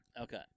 Okay